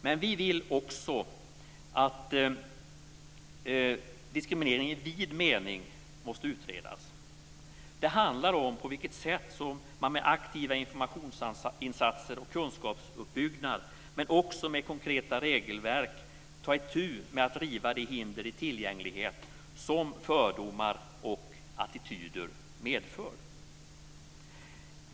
Men vi anser också att diskriminering i vid mening måste utredas. Det handlar om på vilket sätt man med aktiva informationsinsatser och kunskapsuppbyggnad, men också med konkreta regelverk, kan ta itu med att riva de hinder för tillgänglighet som attityder och fördomar medför.